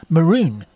Maroon